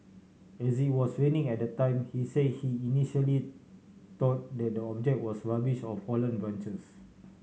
as it was raining at the time he say he initially thought that the object was rubbish or fallen branches